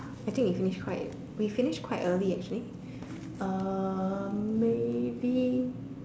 I think we finish quite we finish quite early actually uh maybe